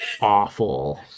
awful